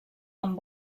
amb